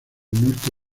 norte